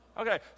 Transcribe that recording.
Okay